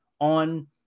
on